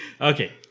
Okay